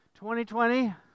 2020